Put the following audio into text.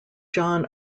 john